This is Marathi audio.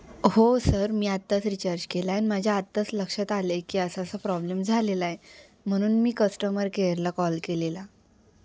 हो सर मी आत्ताच रिचार्ज केला आहे आणि माझ्या आत्ताच लक्षात आलं आहे की असा असा प्रॉब्लेम झालेला आहे म्हणून मी कस्टमर केअरला कॉल केलेला